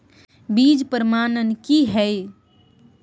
बीज प्रमाणन की हैय?